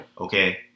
Okay